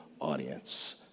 audience